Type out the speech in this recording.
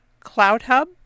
CloudHub